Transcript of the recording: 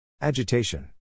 Agitation